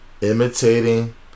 imitating